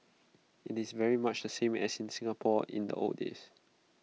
IT is very much the same as in Singapore in the old days